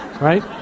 Right